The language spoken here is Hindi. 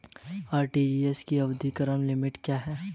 आर.टी.जी.एस की अधिकतम लिमिट क्या है?